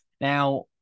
Now